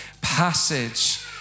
passage